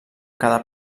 cada